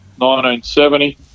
1970